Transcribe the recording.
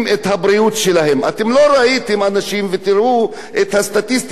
תראו את הסטטיסטיקות של הביטוח לאומי: